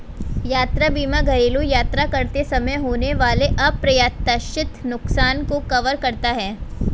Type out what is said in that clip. यात्रा बीमा घरेलू यात्रा करते समय होने वाले अप्रत्याशित नुकसान को कवर करता है